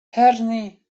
hörni